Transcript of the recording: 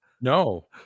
No